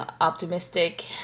optimistic